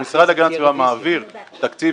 המשרד להגנת הסביבה מעביר תקציב,